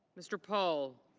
mr. paul.